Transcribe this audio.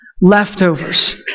leftovers